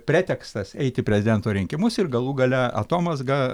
pretekstas eit į prezidento rinkimus ir galų gale atomazga